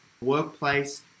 workplace